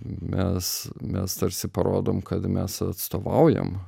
mes mes tarsi parodom kad mes atstovaujam